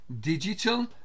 digital